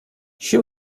she